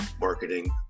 marketing